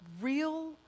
real